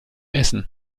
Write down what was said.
essen